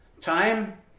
time